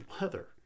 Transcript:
leather